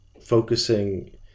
focusing